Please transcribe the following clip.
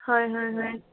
হয় হয় হয়